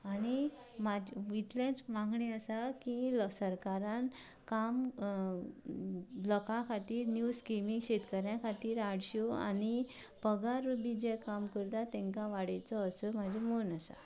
आनी म्हजें इतलेंच मागणें आसा की सरकारान काम लोकां खातीर न्यू स्कीमी शेतकऱ्यां खातीर हाडच्यो आनी पगारूय बी जे काम करतात तांकां वाडयचो असो म्हजें मन आसा